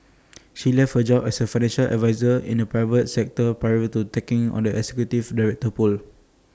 she left her job as A financial adviser in the private sector prior to taking on the executive director role